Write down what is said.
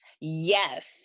Yes